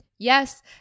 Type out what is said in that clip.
Yes